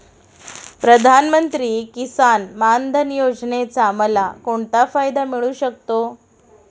प्रधानमंत्री किसान मान धन योजनेचा मला कोणता फायदा मिळू शकतो?